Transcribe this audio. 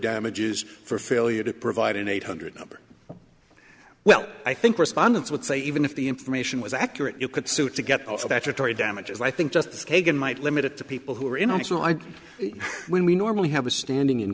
damages for failure to provide an eight hundred number well i think respondents would say even if the information was accurate you could sue to get off that a tory damages i think justice kagan might limit it to people who are in our national id when we normally have a standing in